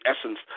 essence